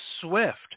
Swift